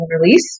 release